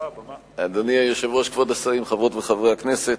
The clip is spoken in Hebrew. אדוני היושב-ראש, כבוד השרים, חברות וחברי הכנסת,